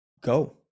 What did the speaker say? go